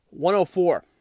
104